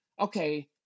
okay